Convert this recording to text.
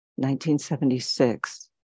1976